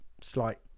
Slight